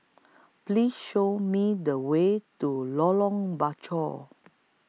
Please Show Me The Way to Lorong Bachok